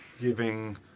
giving